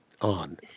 on